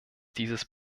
dieses